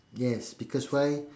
yes because why